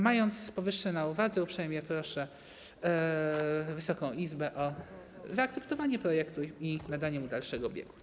Mając powyższe na uwadze, uprzejmie proszę Wysoką Izbę o zaakceptowanie projektu i nadanie mu dalszego biegu.